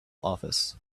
office